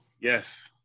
Yes